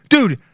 Dude